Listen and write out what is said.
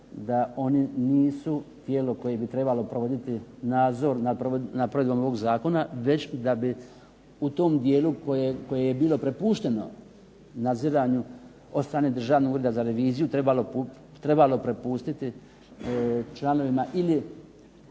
da oni nisu tijelo koje bi trebalo provoditi nadzor nad provedbom ovog zakona već da bi u tom dijelu koje je bilo prepušteno nadziranju od strane Državnog ureda za reviziju trebalo prepustiti članovima ili